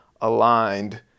aligned